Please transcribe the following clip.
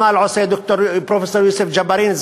כנ"ל עושה פרופסור יוסף ג'בארין,